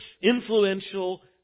influential